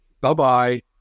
bye-bye